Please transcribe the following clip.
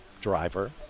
driver